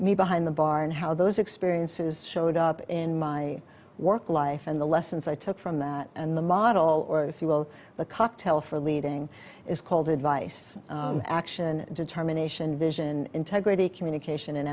me behind the bar and how those experiences showed up in my work life and the lessons i took from that and the model if you will the cocktail for leading is called advice action determination vision integrity communication and